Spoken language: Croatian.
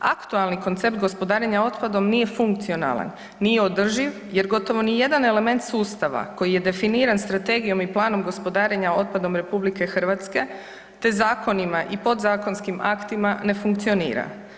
Aktualni koncept gospodarenja otpadom nije funkcionalan, nije održiv jer gotovo ni jedan element sustava koji je definiran Strategijom i Planom gospodarenja otpadom RH te zakonima i podzakonskim aktima ne funkcionira.